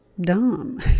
dumb